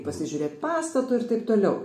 pasižiūrėt pastatą ir taip toliau